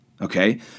Okay